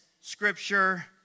scripture